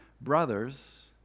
brothers